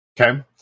Okay